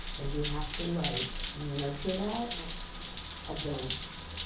and you have to, like, nurture that against